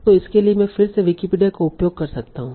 तो इसके लिए मैं फिर से विकिपीडिया का उपयोग कर सकता हूं